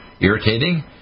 irritating